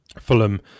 Fulham